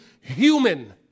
human